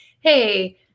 hey